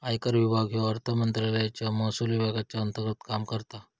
आयकर विभाग ह्यो अर्थमंत्रालयाच्या महसुल विभागाच्या अंतर्गत काम करता